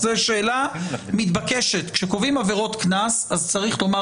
אז השאלה המתבקשת היא: כשקובעים עבירות קנס אז צריך לומר